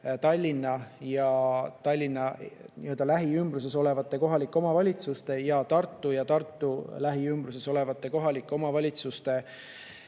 Tallinna ja Tallinna lähiümbruses olevate kohalike omavalitsuste, Tartu ja Tartu lähiümbruses olevate kohalike omavalitsuste